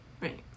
Right